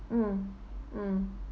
mm mm